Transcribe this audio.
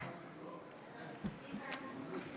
בבקשה.